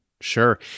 Sure